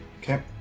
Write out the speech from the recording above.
Okay